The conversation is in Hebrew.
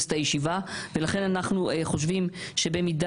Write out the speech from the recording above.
הבקשה' יבוא 'יוכרז על נבצרותו של ראש הממשלה באופן אוטומטי'.